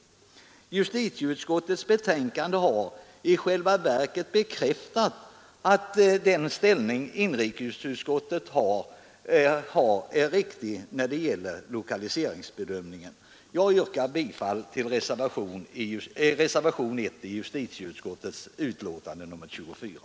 Justitieutskottets betänkande har i själva verket bekräftat att den ställning inrikesutskottet tar är riktig när det gäller lokaliseringsbedömningen. Jag yrkar bifall till reservationen 1 i justitieutskottets betänkande nr 24.